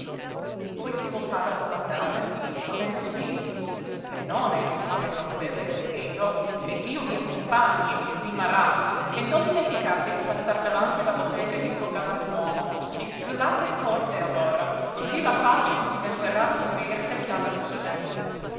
poi si voltava a domandare va bene cosí benone rispondevano quelle ridendo e dio vi accompagni zi marà e non dimenticate di passar davanti la bottega di quel galantuomo e strillate forte allora cosí la faccia gli diventerà piú verde dalla bile